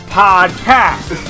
podcast